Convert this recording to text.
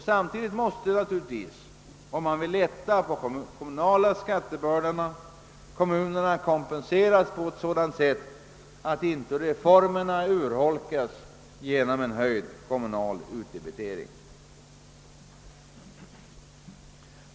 Samtidigt måste naturligtvis, om man vill lätta på de kommunala skattebördorna, kommunerna kompenseras på ett sådant sätt att reformen inte urholkas genom höjd kommunal utdebitering.